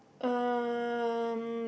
um